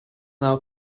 now